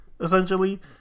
essentially